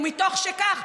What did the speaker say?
ומתוך שכך,